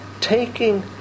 taking